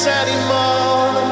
anymore